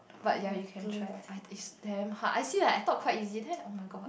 but ya you can try I it's damn hard I see like I thought quite easy then oh-my-god